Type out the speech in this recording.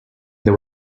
they